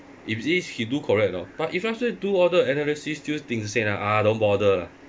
if this he do correct or not but if let's say do all the analysis still think sian ah ah don't bother lah